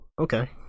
okay